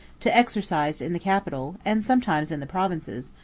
to exercise in the capital, and sometimes in the provinces,